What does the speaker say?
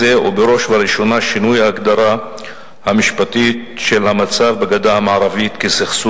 ובמיוחד כאשר מנגנוני ההצמדה המוצעים כנראה אינם רגישים דיים לצורכי